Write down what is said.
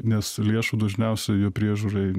nes lėšų dažniausiai jo priežiūrai